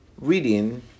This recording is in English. reading